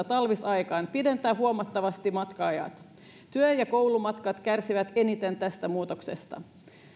talvisaikaan pidentää huomattavasti matka aikoja työ ja koulumatkat kärsivät eniten tästä muutoksesta